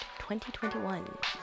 2021